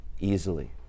easily